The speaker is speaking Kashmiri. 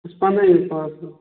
بہٕ چھُس پَنٛدہٲیِمہِ پاس حظ